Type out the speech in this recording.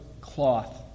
cloth